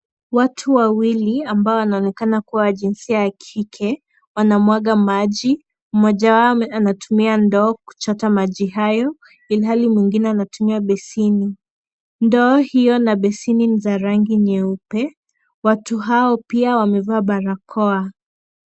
Watu wawili ambao wanaonekana kuwa jinzia ya kike wanamwaga maji .mmoja wao akitumia ndoo kuchota maji hayo ilhali mwingine anatumia besini. ndoo hiyo na besini ni za rangi nyeupe. watu hao wamevaa barakoa.